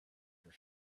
for